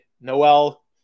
noel